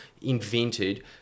invented